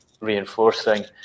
reinforcing